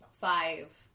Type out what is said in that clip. five